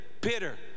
bitter